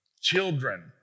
children